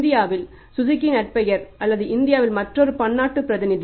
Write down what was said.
இந்தியாவில் சுசுகி நற்பெயர் அல்லது இந்தியாவில் மற்றொரு பன்னாட்டு பிரதிநிதி